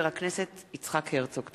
הצעת חבר הכנסת יצחק הרצוג.